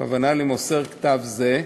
הכוונה למוסר כתב זה,